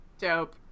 Dope